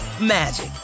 magic